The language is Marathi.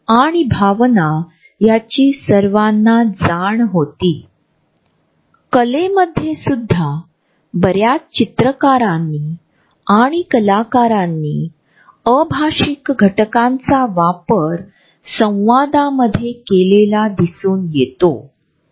अमेरिकेत सार्वजनिक वाहतुकीवर आधारित शहरी भागामधील वैयक्तिक जागा रशियामधील फक्त ग्रामीण भागात असलेल्या मोटारकारपेक्षा इतर देशांमधील फरक नमूद न करण्यापेक्षा भिन्न असेल